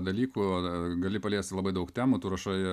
dalykų gali paliesti labai daug temų tu rašai